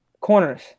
Corners